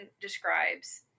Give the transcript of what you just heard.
describes